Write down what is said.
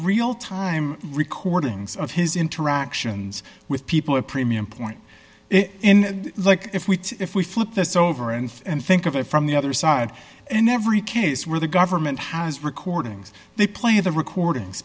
real time recordings of his interactions with people a premium point in like if we if we flip this over and and think of it from the other side in every case where the government has recordings they play the recordings